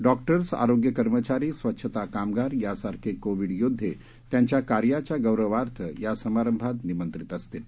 doctors आरोग्य कर्मचारी स्वच्छता कामगार यांसारखे कोविड योदधे त्यांच्या कार्याच्या गौरवार्थ या समारंभात निमंत्रित असतील